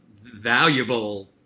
valuable